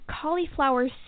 cauliflower